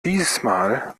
diesmal